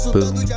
Boom